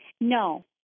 No